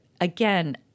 again